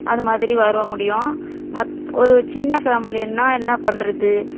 அது மாதிரி வர முடியும் மத் ஒரு சின்ன ஃபேம்லின்னால் என்ன பண்ணுறது